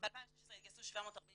ב-2016 התגייסו 749